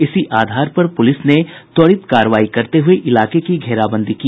इसी आधार पर पुलिस ने त्वरित कार्रवाई करते हुए इलाके की घेराबंदी की